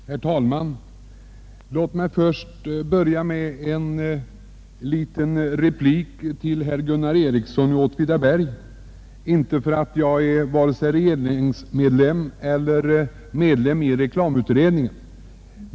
Herr talman! Låt mig börja med cen liten replik till herr Gunnar Ericsson i Åtvidaberg, inte för att jag är vare sig regeringsmedlem eller medlem i reklamutredningen.